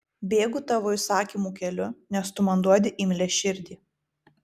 bėgu tavo įsakymų keliu nes tu man duodi imlią širdį